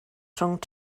rhwng